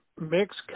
mix